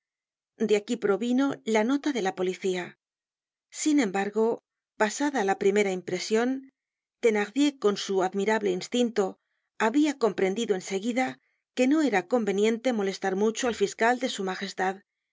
de aquí provino la nota de la policía sin embargo pasada la primera impresion thenardier con su admirable instinto habia comprendido en seguida que no era conveniente molestar mucho al fiscal de s